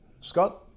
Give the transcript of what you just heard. Scott